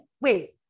wait